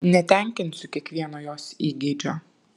netenkinsiu kiekvieno jos įgeidžio